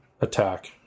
Attack